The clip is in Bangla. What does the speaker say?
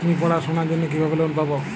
আমি পড়াশোনার জন্য কিভাবে লোন পাব?